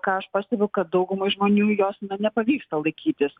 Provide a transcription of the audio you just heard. ką aš pastebiu kad daugumai žmonių jos na nepavyksta laikytis